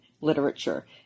literature